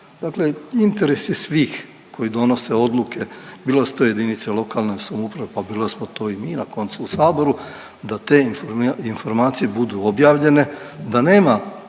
dakle interesi svih koji donose odluke, bilo da su to jedinice lokalne samouprave, pa bilo da smo to i mi, na koncu u Saboru, da te informacije budu objavljene, da nema